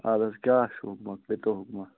عرض کیٛاہ چھُو حُکماہ کٔرۍتَو حُکماہ